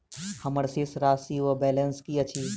हम्मर शेष राशि वा बैलेंस की अछि?